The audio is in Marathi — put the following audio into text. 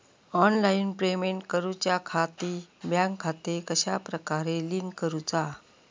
ऑनलाइन पेमेंट करुच्याखाती बँक खाते कश्या प्रकारे लिंक करुचा?